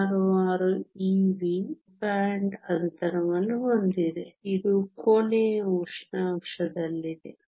66 eV band ಅಂತರವನ್ನು ಹೊಂದಿದೆ ಇದು ಕೋಣೆಯ ಉಷ್ಣಾಂಶದಲ್ಲಿದೆ